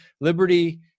Liberty